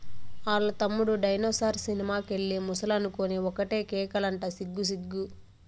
ఆల్ల తమ్ముడు డైనోసార్ సినిమా కెళ్ళి ముసలనుకొని ఒకటే కేకలంట సిగ్గు సిగ్గు